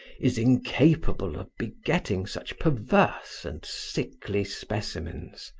is incapable of begetting such perverse and sickly specimens.